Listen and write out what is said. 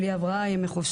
ללא הבראו או ימי חופשה,